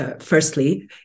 firstly